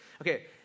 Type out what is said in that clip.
Okay